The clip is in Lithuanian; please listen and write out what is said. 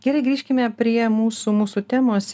gerai grįžkime prie mūsų mūsų temos